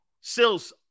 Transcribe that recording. Sills